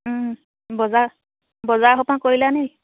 বজাৰ বজাৰ সোপা কৰিলা নাই